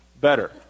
better